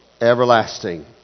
everlasting